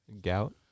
Gout